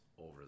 over